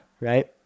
right